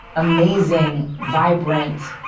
amazing, vibrant,